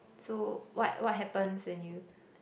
so what what happens when you